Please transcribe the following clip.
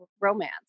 romance